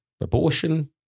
abortion